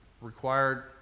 required